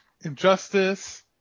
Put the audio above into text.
Injustice